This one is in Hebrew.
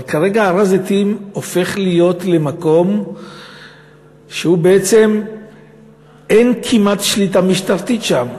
אבל כרגע הר-הזיתים הופך להיות למקום שבעצם אין כמעט שליטה משטרתית שם.